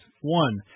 one